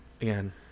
Again